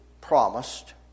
promised